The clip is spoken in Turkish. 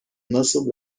nasıl